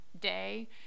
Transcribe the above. day